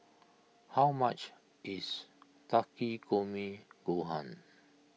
how much is Takikomi Gohan